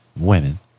women